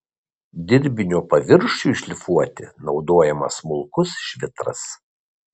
dirbinio paviršiui šlifuoti naudojamas smulkus švitras